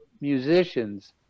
musicians